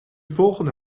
volgende